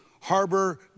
harbor